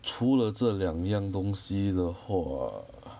处了这两样东西的话